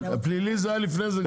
פלילי זה היה לפני כן.